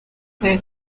ako